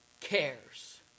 cares